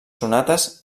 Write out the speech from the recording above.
sonates